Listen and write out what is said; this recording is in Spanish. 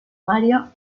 mario